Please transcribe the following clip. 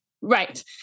right